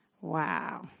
Wow